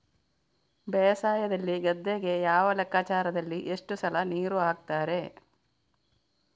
ಬೇಸಾಯದಲ್ಲಿ ಗದ್ದೆಗೆ ಯಾವ ಲೆಕ್ಕಾಚಾರದಲ್ಲಿ ಎಷ್ಟು ಸಲ ನೀರು ಹಾಕ್ತರೆ?